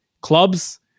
clubs